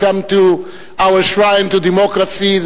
welcome to our shrine of democracy,